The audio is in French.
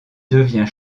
devient